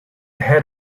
had